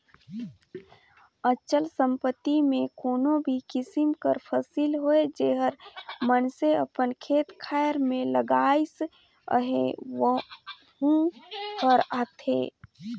अचल संपत्ति में कोनो भी किसिम कर फसिल होए जेहर मइनसे अपन खेत खाएर में लगाइस अहे वहूँ हर आथे